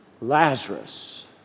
Lazarus